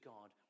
God